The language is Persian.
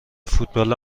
فوتبال